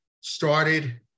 started